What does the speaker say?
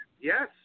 yes